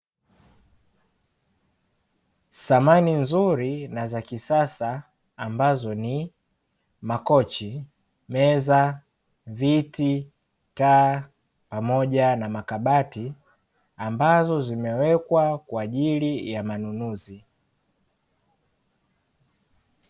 Samani nzuri na za kisasa ambazo ni makochi, meza, viti, taa pamoja na makabati, ambazo zimewekwa kwa ajili ya manunuzi.